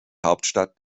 hauptstadt